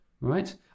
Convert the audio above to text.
right